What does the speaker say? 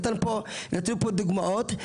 נותנים פה דוגמאות.